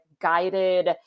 guided